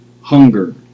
hunger